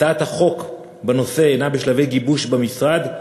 הצעת החוק בנושא הנה בשלבי גיבוש במשרד.